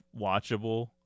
watchable